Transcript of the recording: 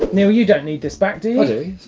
neil you don't need this back do